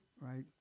right